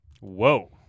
Whoa